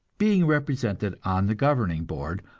being represented on the governing board,